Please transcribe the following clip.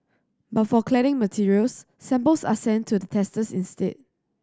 but for cladding materials samples are sent to the testers instead